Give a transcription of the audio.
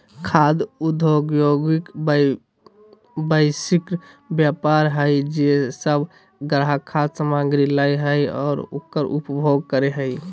खाद्य उद्योगएगो वैश्विक व्यापार हइ जे सब ग्राहक खाद्य सामग्री लय हइ और उकर उपभोग करे हइ